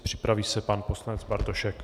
Připraví se pan poslanec Bartošek.